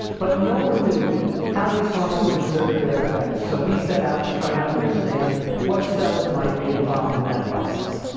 but no one knew how there hormones exerted their effects so we set out to try to understand what cells might be involved in that process.